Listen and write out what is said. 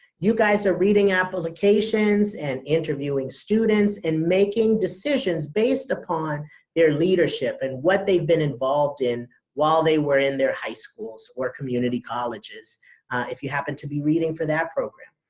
you guys are reading applications, and interviewing students, and making decisions based upon their leadership and what they've been involved in while they were in their high schools or community colleges if you happen to be reading for that program.